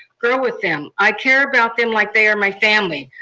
grow with them. i care about them like they are my family.